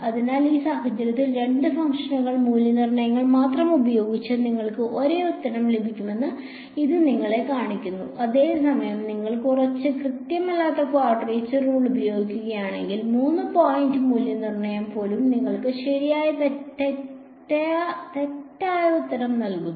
അതിനാൽ ഈ സാഹചര്യത്തിൽ 2 ഫംഗ്ഷൻ മൂല്യനിർണ്ണയങ്ങൾ മാത്രം ഉപയോഗിച്ച് നിങ്ങൾക്ക് ഒരേ ഉത്തരം ലഭിക്കുമെന്ന് ഇത് നിങ്ങളെ കാണിക്കുന്നു അതേസമയം നിങ്ങൾ കുറച്ച് കൃത്യമല്ലാത്ത ക്വാഡ്രേച്ചർ റൂൾ ഉപയോഗിക്കുകയാണെങ്കിൽ 3 പോയിന്റ് മൂല്യനിർണ്ണയം പോലും നിങ്ങൾക്ക് തെറ്റായ ഉത്തരം നൽകുന്നു